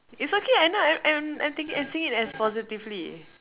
it's okay I know I'm I'm taking I'm seeing it as positively